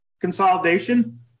consolidation